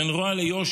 בין רוע ליושר,